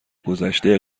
گذشته